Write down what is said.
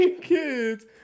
kids